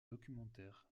documentaires